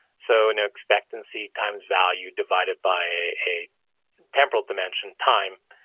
so no expectancy times value divided by a temporal dimension time,